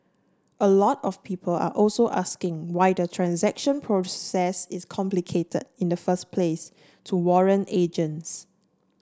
a lot of people are also asking why the transaction process is complicated in the first place to warrant agents